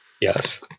Yes